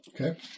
Okay